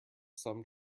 some